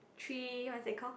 three what is that call